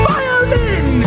Violin